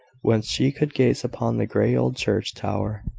whence she could gaze upon the grey old church tower,